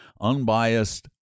unbiased